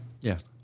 Yes